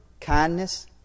kindness